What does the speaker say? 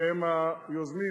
שהם היוזמים,